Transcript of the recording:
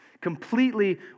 Completely